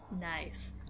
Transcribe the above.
nice